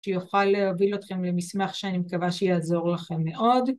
‫שיוכל להוביל אתכם למסמך ‫שאני מקווה שיעזור לכם מאוד.